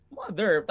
mother